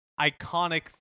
iconic